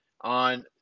on